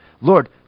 Lord